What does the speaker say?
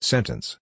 Sentence